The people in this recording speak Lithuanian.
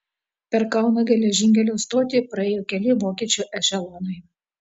per kauno geležinkelio stotį praėjo keli vokiečių ešelonai